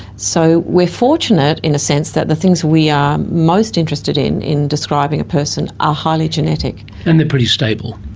so we're fortunate, in a sense, that the things we are most interested in, in describing a person, are highly genetic. and they're pretty stable.